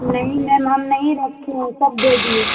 نہیں میم ہم نہیں رکھے ہیں سب دے دیے